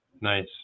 nice